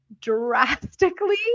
drastically